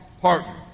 partner